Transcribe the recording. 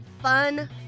fun